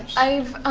i've